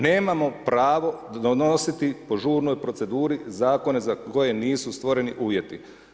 Nemamo pravo donositi po žurnoj proceduri zakone za koje nisu stvoreni uvjeti.